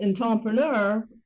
entrepreneur